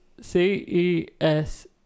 CES